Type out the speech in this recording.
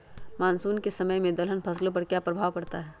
Monsoon के समय में दलहन फसलो पर क्या प्रभाव पड़ता हैँ?